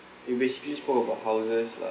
you basically spoke about houses lah